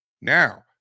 now